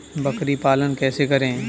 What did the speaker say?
बकरी पालन कैसे करें?